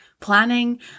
planning